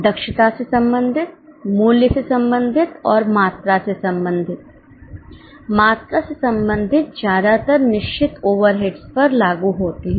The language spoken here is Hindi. दक्षता से संबंधित मूल्य से संबंधित और मात्रा से संबंधित मात्रा से संबंधित ज्यादातर निश्चित ओवरहेड्स पर लागू होते हैं